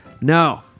No